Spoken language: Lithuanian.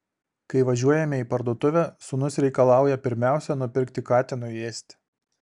kai važiuojame į parduotuvę sūnus reikalauja pirmiausia nupirkti katinui ėsti